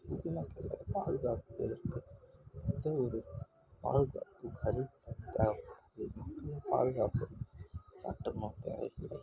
குடிமக்களை பாதுகாப்பதற்கு எந்த ஒரு பாதுகாப்புக் கருவிகளும் தேவைப்படாது மக்களை பாதுகாக்க சட்டமும் தேவையில்லை